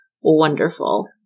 wonderful